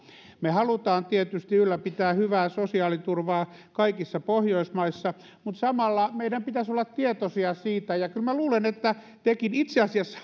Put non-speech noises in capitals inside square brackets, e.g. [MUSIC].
me haluamme tietysti ylläpitää hyvää sosiaaliturvaa kaikissa pohjoismaissa mutta samalla meidän pitäisi olla tietoisia siitä ja kyllä minä luulen että tekin itse asiassa [UNINTELLIGIBLE]